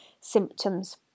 symptoms